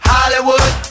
Hollywood